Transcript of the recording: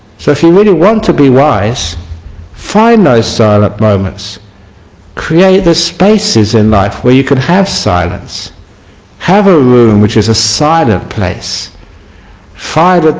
so if you really want to be wise find those silent moments create the spaces in life where you could have silence have a room which is a silent place find